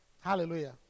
Hallelujah